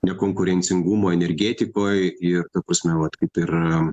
nekonkurencingumo energetikoj ir ta prasme vat kaip ir